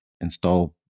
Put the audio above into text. install